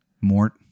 Mort